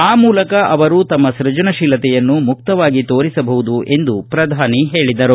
ಆ ಮೂಲಕ ಅವರು ತಮ್ಮ ಸೃಜನಶೀಲತೆಯನ್ನು ಮುಕ್ತವಾಗಿ ತೋರಿಸಬಹುದು ಎಂದು ಪ್ರಧಾನಿ ಹೇಳಿದರು